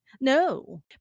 No